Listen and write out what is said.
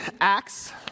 Acts